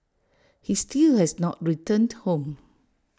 he still has not returned home